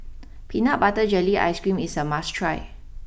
Peanut Butter Jelly Ice cream is a must try